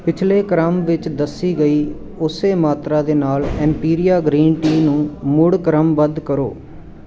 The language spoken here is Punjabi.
ਪਿਛਲੇ ਕ੍ਰਮ ਵਿੱਚ ਦੱਸੀ ਗਈ ਉਸ ਮਾਤਰਾ ਦੇ ਨਾਲ ਐਮਪੀਰੀਆ ਗਰੀਨ ਟੀ ਨੂੰ ਮੁੜ ਕ੍ਰਮਬੱਧ ਕਰੋ